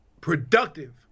productive